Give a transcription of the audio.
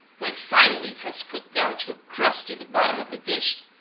when finally it has cooked down to a crust in the bottom of the dish,